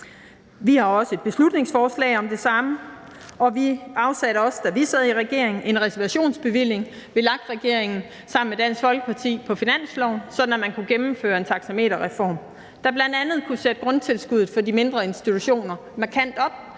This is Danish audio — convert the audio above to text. Vi har også et beslutningsforslag om det samme, og vi afsatte også, da vi sad i regering, VLAK-regeringen sammen med Dansk Folkeparti, en reservationsbevilling på finansloven, sådan at man kunne gennemføre en taxameterreform, der bl.a. kunne sætte grundtilskuddet for de mindre institutioner markant op,